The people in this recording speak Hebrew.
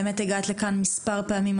באמת הגעת לכאן מספר פעמים,